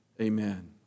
Amen